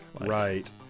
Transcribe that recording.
Right